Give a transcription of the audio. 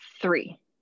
Three